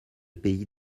pays